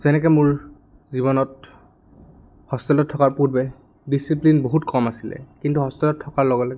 যেনেকে মোৰ জীৱনত হষ্টেলত থকাৰ পূৰ্বে ডিচিপ্লিন বহুত কম আছিলে কিন্তু হষ্টেলত থকাৰ লগে লগে